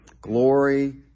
Glory